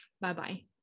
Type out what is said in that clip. Bye-bye